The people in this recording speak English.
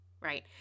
right